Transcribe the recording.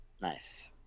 Nice